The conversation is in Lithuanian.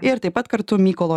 ir taip pat kartu mykolo